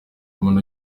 umuntu